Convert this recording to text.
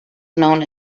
known